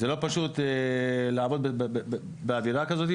זה לא פשוט לעבוד באווירה כזאת,